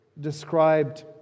described